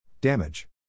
Damage